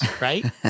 right